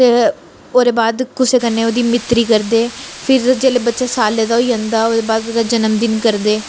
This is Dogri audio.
ते ओह्दे बाद कुसै कन्नै ओह्दी मित्तरी करदे फिर जेल्लै बच्चा साला दा होई जंदा ओह्दे बाद ओह्दा जनमदिन करदे